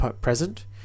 present